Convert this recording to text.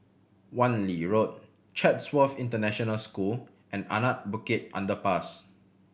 Wan Lee Road Chatsworth International School and Anak Bukit Underpass